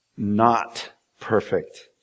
not-perfect